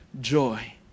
joy